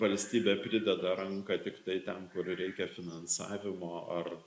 valstybė prideda ranką tiktai ten kur reikia finansavimo ar